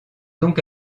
donc